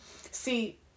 see